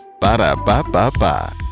Ba-da-ba-ba-ba